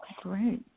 Great